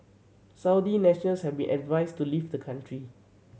Saudi nationals have been advised to leave the country